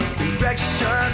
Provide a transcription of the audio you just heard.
direction